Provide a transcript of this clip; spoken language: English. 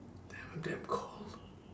damn damn cold